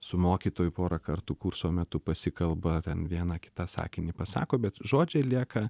su mokytoju porą kartų kurso metu pasikalba ten vieną kitą sakinį pasako bet žodžiai lieka